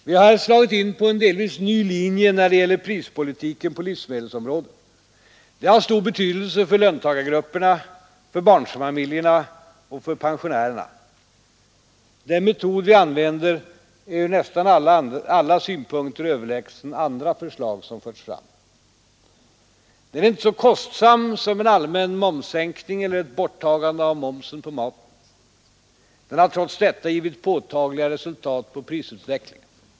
Vi har här slagit in på en delvis ny linje när det gäller prispolitiken på livsmedelsområdet. Det har stor betydelse för löntagargrupperna, för barnfamiljerna och för pensionärerna. Den metod vi använder är ur nästan alla synpunkter överlägsen andra förslag som förts fram. Den är inte så kostsam som en allmän momssänkning eller ett borttagande av momsen på maten. Den har trots detta givit påtagliga resultat på prisutvecklingen.